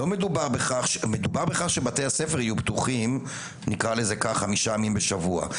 מדובר בכך שבתי הספר יהיו פתוחים חמישה ימים בשבוע.